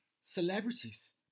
Celebrities